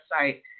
website